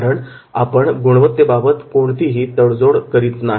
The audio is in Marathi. कारण आपण गुणवत्तेबाबत कोणतीही तडजोड करत नाही